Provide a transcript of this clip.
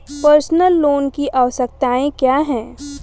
Personal loan की आवश्यकताएं क्या हैं?